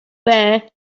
bare